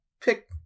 pick